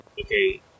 okay